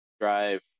drive